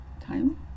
time